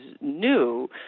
new